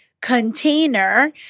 container